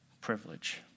privilege